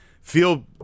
feel